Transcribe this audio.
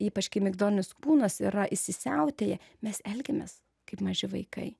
ypač kai migdolinis kūnas yra įsisiautėję mes elgiamės kaip maži vaikai